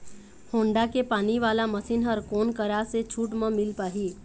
Honda के पानी वाला मशीन हर कोन करा से छूट म मिल पाही?